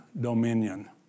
dominion